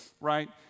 right